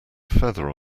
feather